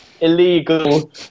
illegal